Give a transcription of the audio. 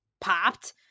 popped